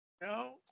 No